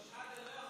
ד"ר שחאדה,